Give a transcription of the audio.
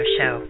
Show